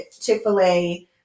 chick-fil-a